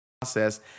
process